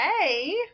hey